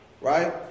right